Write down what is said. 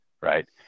right